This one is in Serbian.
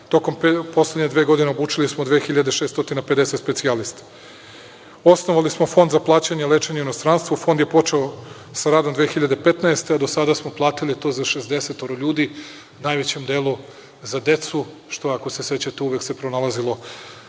Tokom poslednje dve godine obučili smo 2.650 specijalista. Osnovali smo Fond za plaćanje i lečenje u inostranstvu. Fond je počeo sa radom 2015. godine. Do sada smo platili to za 60 ljudi, u najvećem delu za decu, što ako se sećate uvek se pronalazilo